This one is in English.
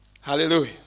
Hallelujah